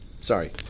Sorry